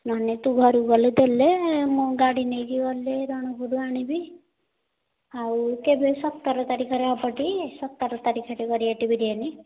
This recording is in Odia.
ନହେଲେ ତୁ ଘରକୁ ଗଲେ ଦେଲେ ମୁଁ ଗାଡ଼ି ନେଇକି ଗଲେ ରଣପୁରରୁ ଆଣିବି ଆଉ କେବେ ସତର ତାରିଖରେ ହବଟି ସତର ତାରିଖରେ କରିବା ଟି ବିରିୟାନୀ